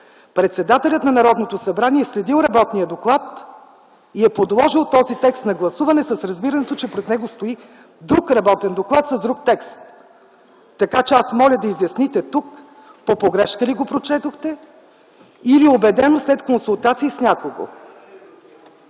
председателят на Народното събрание е следил работния доклад и е подложил този текст на гласуване, с разбирането, че пред него стои друг работен доклад с друг текст. Аз моля да изясните тук по погрешка ли го прочетохте или убедено след консултации с някого?!